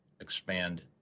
Expand